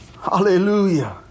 Hallelujah